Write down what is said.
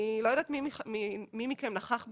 אני לא יודעת מי מכם נכח במליאה,